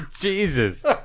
Jesus